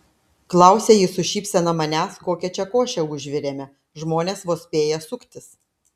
klausia ji su šypsena manęs kokią čia košę užvirėme žmonės vos spėja suktis